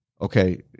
okay